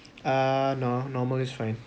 uh no normal is fine